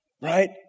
Right